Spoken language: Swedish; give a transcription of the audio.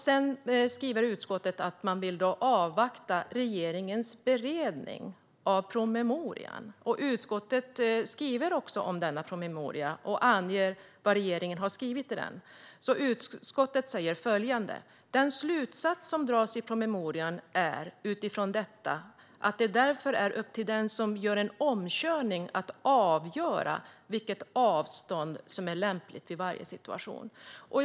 Sedan skriver utskottet att det vill avvakta regeringens beredning av promemorian. Utskottet skriver också om denna promemoria och anger vad regeringen har skrivit i den. Utskottet säger följande: "Den slutsats som dras i promemorian är utifrån detta att det därför är upp till den som gör en omkörning att avgöra vilket avstånd som är lämpligt vid varje situation."